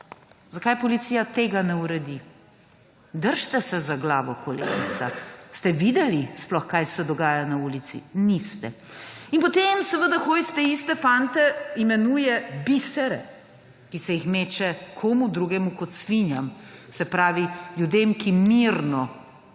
Zakaj policija tega ne uredi? Držite se za glavo, kolegica! Ste videli sploh, kaj se dogaja na ulici? Niste. In potem seveda Hojs te iste fante imenuje bisere, ki se jih meče komu drugemu kot svinjam, se pravi, ljudem, ki mirno